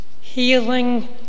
Healing